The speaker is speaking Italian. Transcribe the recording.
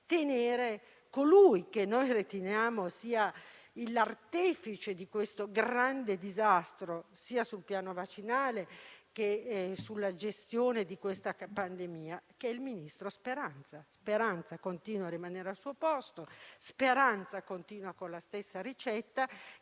tenere colui che noi riteniamo sia l'artefice di questo grande disastro, sia sul piano vaccinale che sulla gestione della pandemia, vale a dire il ministro Speranza, che continua a rimanere al suo posto, continuando con la stessa ricetta,